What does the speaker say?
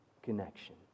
Connection